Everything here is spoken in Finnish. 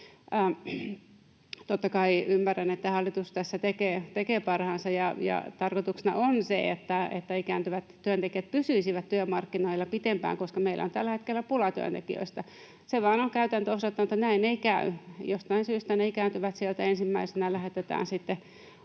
Totta kai ymmärrän, että hallitus tässä tekee parhaansa ja tarkoituksena on se, että ikääntyvät työntekijät pysyisivät työmarkkinoilla pitempään, koska meillä on tällä hetkellä pulaa työntekijöistä. Sen vain on käytäntö osoittanut, että näin ei käy. Jostain syystä ne ikääntyvät sieltä ensimmäisenä lähetetään sitten